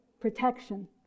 protection